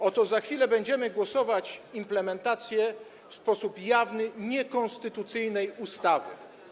Oto za chwilę będziemy głosować nad implementacją w sposób jawny niekonstytucyjnej ustawy.